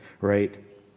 right